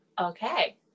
okay